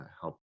help